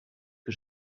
que